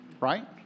right